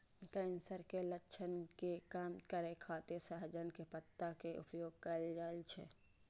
cancer के लक्षण के कम करै खातिर सहजन के पत्ता के उपयोग कैल जाइ छै